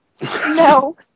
No